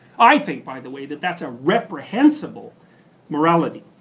i think, by the way, that that's a reprehensible morality.